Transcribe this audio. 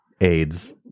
Aids